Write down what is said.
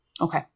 okay